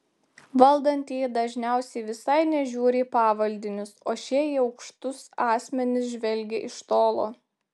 valdantieji dažniausiai visai nežiūri į pavaldinius o šie į aukštus asmenis žvelgia iš tolo